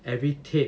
every tape